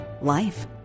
life